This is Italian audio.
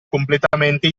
completamente